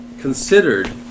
considered